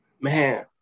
Man